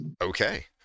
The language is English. Okay